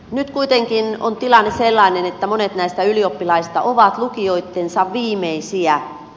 nyt kuitenkin on tilanne sellainen että monet näistä ylioppilaista ovat lukioittensa viimeisiä